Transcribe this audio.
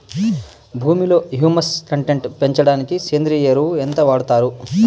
భూమిలో humus content పెంచడానికి సేంద్రియ ఎరువు ఎంత వాడుతారు